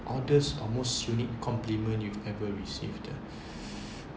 oddest or most unique compliment you've ever received ah